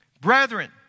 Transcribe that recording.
brethren